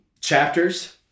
chapters